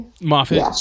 Moffat